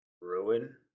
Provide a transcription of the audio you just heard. Ruin